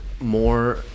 more